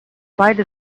spite